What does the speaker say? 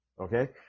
Okay